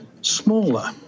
smaller